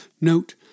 Note